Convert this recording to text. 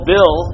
Bill